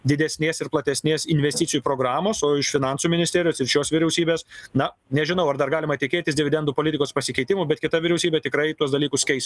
didesnės ir platesnės investicijų programos o iš finansų ministerijos ir šios vyriausybės na nežinau ar dar galima tikėtis dividendų politikos pasikeitimų bet kita vyriausybė tikrai tuos dalykus keis